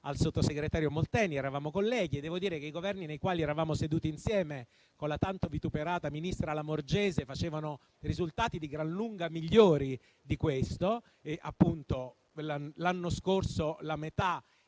al sottosegretario Molteni, eravamo colleghi, e devo dire che i Governi nei quali eravamo seduti insieme con la tanto vituperata ministra Lamorgese facevano risultati di gran lunga migliori di questo: l'anno scorso gli